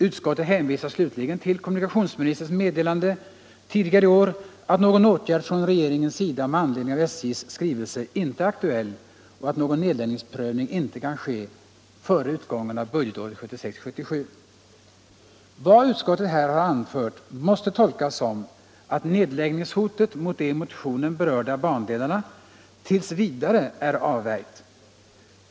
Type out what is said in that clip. Utskottet hänvisar slutligen till kommunikationsministerns meddelande tidigare i år att någon åtgärd från regeringens sida med anledning av SJ:s skrivelse inte är aktuellt och att någon nedläggningsprövning inte kan ske före utgången av budgetåret 1976/77. Vad utskottet här har anfört måste tolkas så, att nedläggningshotet Trafikpolitiken Trafikpolitiken mot de i vår motion berörda bandelarna t. v. är avvärjt.